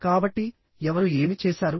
కాబట్టి ఎవరు ఏమి చేసారు